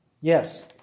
yes